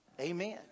Amen